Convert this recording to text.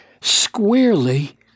squarely